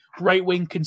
right-wing